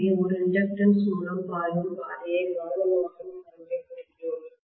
எனவே ஒரு இண்டக்டன்ஸ் மூலம் பாயும் பாதையை காந்தமாக்கும் கரண்ட் ஐக் குறிக்கிறோம்